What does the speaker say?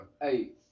Hey